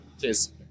Cheers